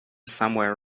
somewhere